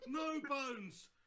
Nobones